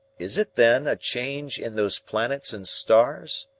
is it, then, a change in those planets and stars?